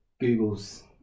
Google's